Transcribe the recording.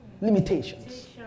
limitations